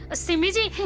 simiji,